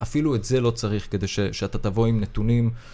אפילו את זה לא צריך כדי שאתה תבוא עם נתונים.